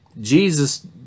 Jesus